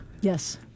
Yes